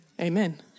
Amen